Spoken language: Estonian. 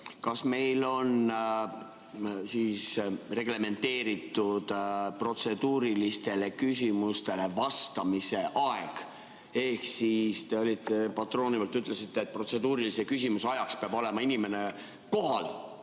Kas meil on reglementeeritud protseduurilistele küsimustele vastamise aeg? Ehk siis te patroneerivalt ütlesite, et protseduurilise küsimuse ajaks peab olema inimene kohal.